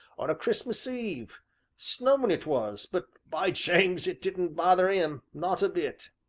on a christmas eve snowing it was, but, by james! it didn't bother im not a bit.